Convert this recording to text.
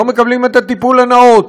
לא מקבלים את הטיפול הנאות,